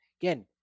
again